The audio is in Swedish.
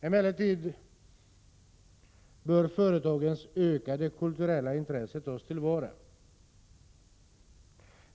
Emellertid bör företagens ökade kulturella intressen tas till vara.